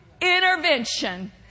intervention